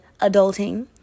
adulting